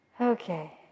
Okay